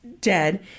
dead